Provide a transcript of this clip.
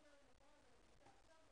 בשעה 11:42 ונתחדשה בשעה